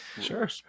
Sure